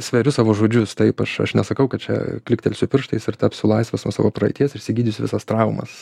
sveriu savo žodžius taip aš aš nesakau kad čia kliktelsiu pirštais ir tapsiu laisvas nuo savo praeities išsigydysiu visas traumas